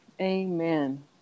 Amen